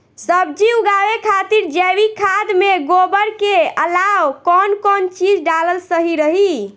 सब्जी उगावे खातिर जैविक खाद मे गोबर के अलाव कौन कौन चीज़ डालल सही रही?